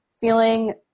feeling